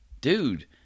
Dude